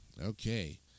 okay